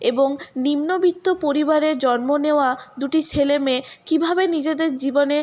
এবং নিম্নবিত্ত পরিবারে জন্ম নেওয়া দুটি ছেলে মেয়ে কীভাবে নিজেদের জীবনে